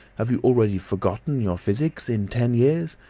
have you already forgotten your physics, in ten years?